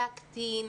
להקטין.